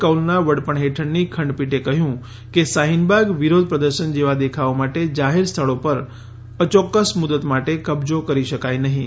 કૌલના વડપણ હેઠળની ખંડપીઠે કહ્યું કે શાહીનબાગ વિરોધ પ્રદર્શન જેવા દેખાવો માટે જાહેર સ્થળો પર અચોક્કસ મુદત માટે કબજો કરી શકાય નહિં